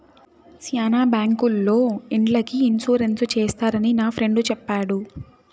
శ్యానా బ్యాంకుల్లో ఇండ్లకి ఇన్సూరెన్స్ చేస్తారని నా ఫ్రెండు చెప్పాడు